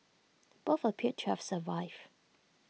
both appeared to have survived